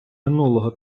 минулого